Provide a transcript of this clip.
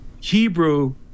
Hebrew